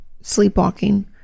Sleepwalking